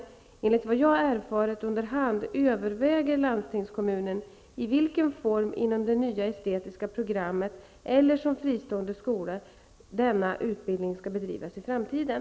Enligt vad jag underhand har erfarit överväger landstingskommunen i vilken form — inom det nya estetiska programmet eller som fristående skola — denna utbildning skall bedrivas i framtiden.